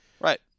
right